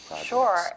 sure